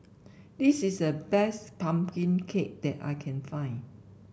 this is the best pumpkin cake that I can find